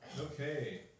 Okay